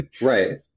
Right